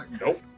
Nope